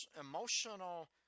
emotional